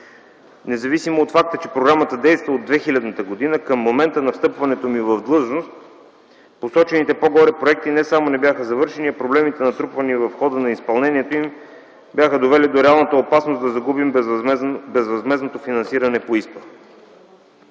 Независимо от факта, че програмата действа от 2000 г., към момента на встъпването ми в длъжност посочените по-горе проекти не само не бяха завършени, но проблемите, натрупвани в хода на изпълнението им, бяха довели до реалната опасност да загубим безвъзмездното финансиране по ИСПА.